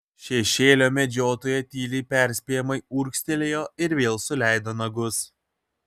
šešėlio medžiotoja tyliai perspėjamai urgztelėjo ir vėl suleido nagus